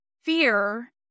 fear